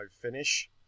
finish